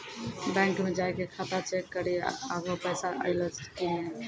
bank मे जाय के खाता चेक करी आभो पैसा अयलौं कि नै